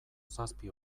zazpi